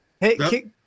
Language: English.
Hey